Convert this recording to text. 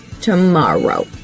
Tomorrow